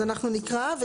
אנחנו נקרא.